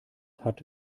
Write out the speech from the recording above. hat